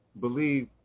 believe